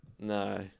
No